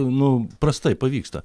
nu prastai pavyksta